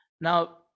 now